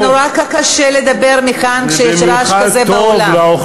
זה נורא קשה לדבר מכאן כשיש רעש כזה באולם.